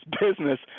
business